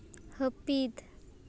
ᱦᱟᱹᱯᱤᱫ